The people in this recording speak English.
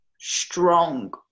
strong